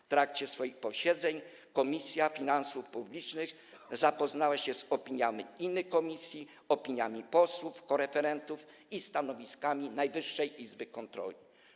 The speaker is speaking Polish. W trakcie swoich posiedzeń Komisja Finansów Publicznych zapoznała się z opiniami innych komisji, opiniami posłów, koreferentów i stanowiskami Najwyższej Izby Kontroli.